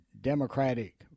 Democratic